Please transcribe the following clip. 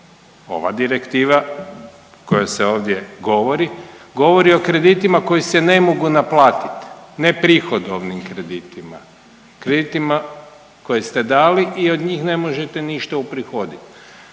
Ova direktiva koja se ovdje govori, govori o kreditima koji se ne mogu naplatiti, neprihodovnim kreditima, kreditima koje ste dali i od njih ne možete ništa uprihoditi.